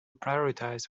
prioritize